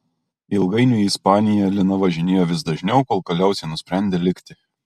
ilgainiui į ispaniją lina važinėjo vis dažniau kol galiausiai nusprendė likti